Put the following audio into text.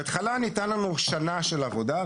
בתחילה ניתנה לנו שנה של עבודה.